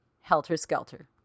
helter-skelter